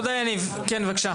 תודה יניב, כן בבקשה.